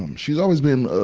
she's always been,